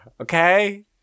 Okay